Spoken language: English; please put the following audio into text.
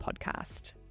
podcast